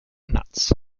nuts